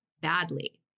badly